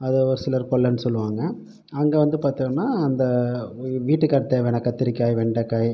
அதை ஒரு சிலர் கொல்லன்னு சொல்லுவாங்க அங்கே வந்து பார்த்தோம்னா அந்த வி வீட்டுக்கு தேவையான கத்திரிக்காய் வெண்டக்காய்